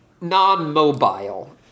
Non-mobile